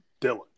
Dylan